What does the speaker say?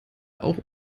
auch